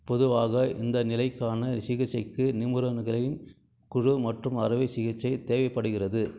பொதுவாக இந்த நிலைக்கான சிகிச்சைக்கு நிபுணர்களின் குழு மற்றும் அறுவை சிகிச்சை தேவைப்படுகிறது